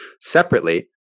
Separately